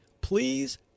please